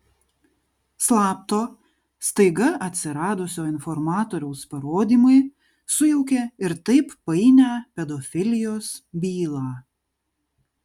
slapto staiga atsiradusio informatoriaus parodymai sujaukė ir taip painią pedofilijos bylą